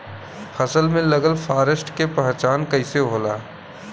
फसल में लगल फारेस्ट के पहचान कइसे होला?